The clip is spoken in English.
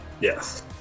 Yes